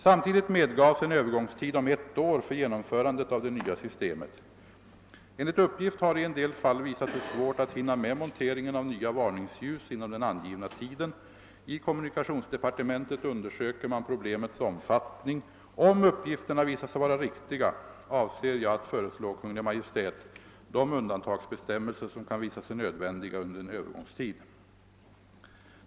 Samtidigt medgavs en övergångstid om ett år för genomförandet av det nya systemet. Enligt uppgift har det i en del fall visat sig svårt att hinna med monteringen av nya varningsljus inom den angivna tiden. I kommunikationsdepartementet undersöker man problemets omfattning. Om uppgifterna visar sig vara riktiga avser jag att föreslå Kungl. Maj:t de undantagsbestämmelser som kan visa sig nödvändiga under en övergångstid.